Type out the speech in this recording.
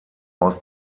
aus